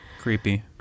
Creepy